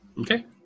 Okay